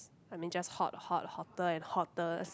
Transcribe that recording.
I mean just hot hot hotter and hottest